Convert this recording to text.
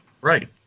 Right